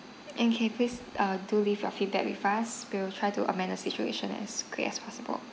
and K please uh do leave your feedback with us we'll try to amend the situation as quick as possible